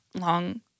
long